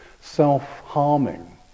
Self-harming